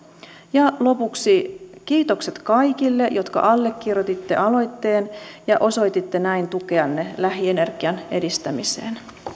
ja lopuksi kiitokset kaikille jotka allekirjoititte aloitteen ja osoititte näin tukeanne lähi energian edistämiseen